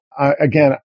again